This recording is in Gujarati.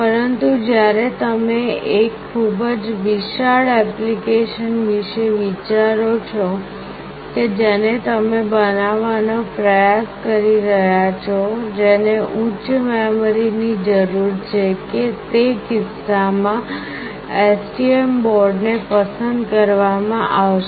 પરંતુ જ્યારે તમે એક ખૂબ જ વિશાળ ઍપ્લિકેશન વિશે વિચારો છો કે જેને તમે બનાવવાનો પ્રયાસ કરી રહ્યાં છો જેને ઉચ્ચ મેમરીની જરૂર છે તે કિસ્સામાં STM બોર્ડને પસંદ કરવામાં આવશે